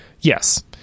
Yes